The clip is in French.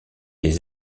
des